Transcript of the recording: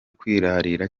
kwirarira